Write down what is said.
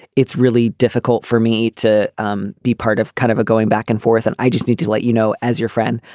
it's really difficult for me to um be part of kind of going back and forth. and i just need to let you know, as your friend,